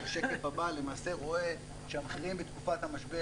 למעשה רואה שהמחירים בתקופת המשבר,